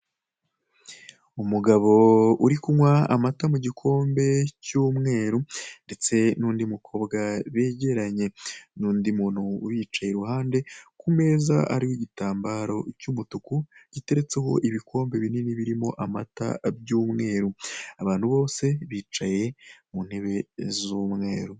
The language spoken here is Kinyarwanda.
Umugabo uri kunywa amata mu gikombe cy'umweru, ndetse n'undi mukobwa begeranye. N'undi muntu ubicaye iruhande, ku meza hariho igitambaro cy'umutuku, giteretseho ibikombe binini, birimo amata, by'umweru. Abantu bose bicaye mu ntebe z'umweru.